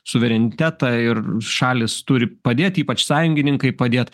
suverenitetą ir šalys turi padėt ypač sąjungininkai padėt